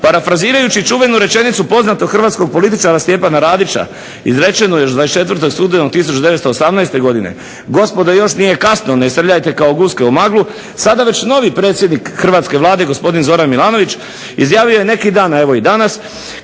Parafrazirajući čuvenu rečenicu poznatog hrvatskog političara Stjepana Radića izrečenu još 24. studenog 1918. godine "Gospodo još nije kasno, ne srljajte kao guske u maglu!" sada već novi predsjednik hrvatske Vlade gospodin Zoran Milanović izjavio je neki dan, a evo i danas